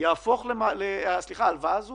ההלוואה הזאת